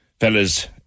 fellas